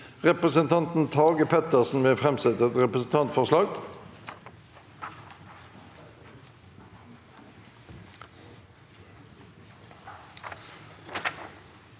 Representanten Tage Pettersen vil framsette et representantforslag.